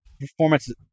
performance